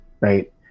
right